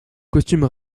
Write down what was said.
costume